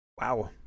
wow